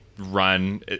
run